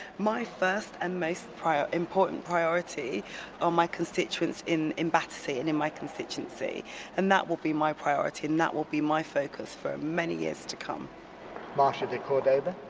my first and most important priority are my constituents in in battersea and in my constituency and that will be my priority and that will be my focus for many years to come marsha de cordova,